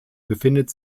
befindet